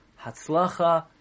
hatzlacha